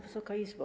Wysoka Izbo!